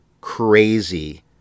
crazy